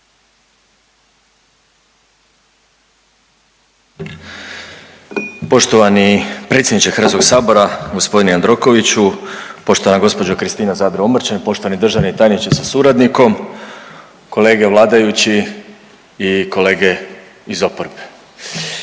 Poštovani predsjedniče HS-a, g. Jandrokoviću, poštovana gđo. Kristina Zadro Omrčen, poštovani državni tajniče sa suradnikom, kolege vladajući i kolege iz oporbe.